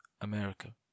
america